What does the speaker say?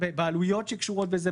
ובעלויות שקשורות בזה?